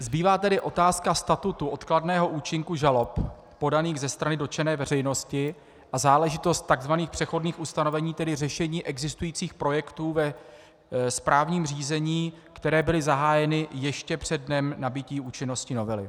Zbývá tedy otázka statutu odkladného účinku žalob podaných ze strany dotčené veřejnosti a záležitost takzvaných přechodných ustanovení, tedy řešení existujících projektů ve správním řízení, které byly zahájeny ještě přede dnem nabytí účinnosti novely.